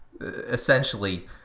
essentially